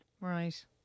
Right